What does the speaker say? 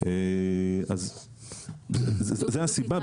אז זו הסיבה,